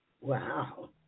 Wow